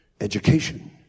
education